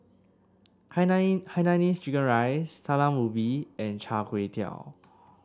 Hainanese Chicken Rice Talam Ubi and Char Kway Teow